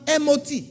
MOT